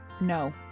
No